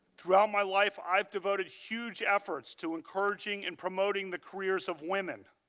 throughout my life, i have devoted huge efforts to encouraging and promoting the careers of women.